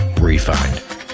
refined